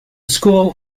school